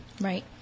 Right